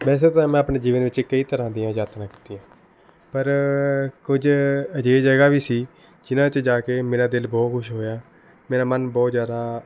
ਵੈਸੇ ਤਾਂ ਮੈਂ ਆਪਣੇ ਜੀਵਨ ਵਿੱਚ ਕਈ ਤਰ੍ਹਾਂ ਦੀਆਂ ਯਾਤਰਾ ਕੀਤੀਆਂ ਪਰ ਕੁਝ ਅਜਿਹੀ ਜਗ੍ਹਾ ਵੀ ਸੀ ਜਿਨ੍ਹਾਂ 'ਚ ਜਾ ਕੇ ਮੇਰਾ ਦਿਲ ਬਹੁਤ ਖੁਸ਼ ਹੋਇਆ ਮੇਰਾ ਮਨ ਬਹੁਤ ਜ਼ਿਆਦਾ